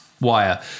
wire